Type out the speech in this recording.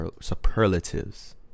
superlatives